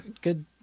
good